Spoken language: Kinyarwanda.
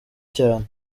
cyane